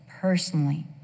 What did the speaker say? personally